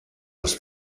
les